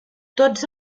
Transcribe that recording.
tots